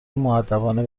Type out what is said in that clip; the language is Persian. مودبانه